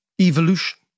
evolution